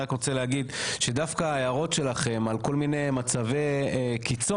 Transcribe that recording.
אני רק רוצה להגיד שדווקא ההערות שלכם על כל מיני מצבי קיצון,